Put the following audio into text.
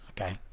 okay